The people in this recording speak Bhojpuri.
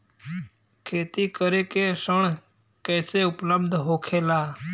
खेती करे के ऋण कैसे उपलब्ध होखेला?